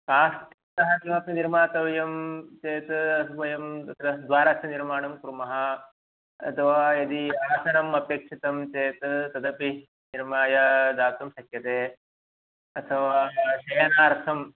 काष्ठतः किमपि निर्मीतव्यं चेत् वयं तत्र द्वारस्य निर्माणं कुर्मः अथवा यदि आसनम् अपेक्षितं चेत् तदपि निर्माय दातुं शक्यते अथवा शयनार्थम्